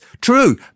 True